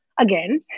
again